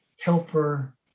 helper